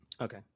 Okay